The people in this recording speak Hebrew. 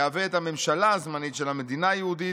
יהווה את הממשלה הזמנית של המדינה היהודית,